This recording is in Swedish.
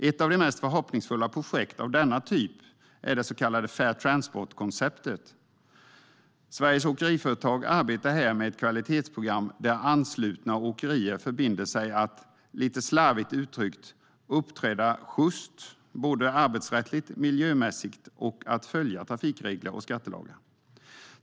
Ett av de mest förhoppningsfulla projekt av denna typ är det så kallade Fair Transport-konceptet, där Sveriges åkeriföretag arbetar med ett kvalitetsprogram där anslutna åkerier förbinder sig att, lite slarvigt uttryckt, uppträda sjyst både arbetsrättsligt och miljömässigt och att följa trafikregler och skattelagar.